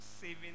saving